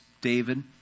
David